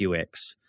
UX